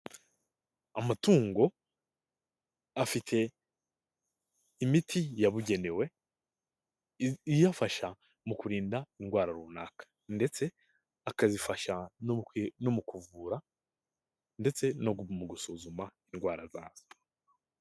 Amatungo afite imiti yabugenewe iyafasha mu kurinda indwara runaka ndetse akazifasha no mu kuvura ndetse no mu gusuzuma indwara zazo.